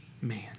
man